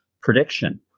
prediction